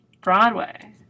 Broadway